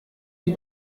die